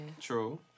True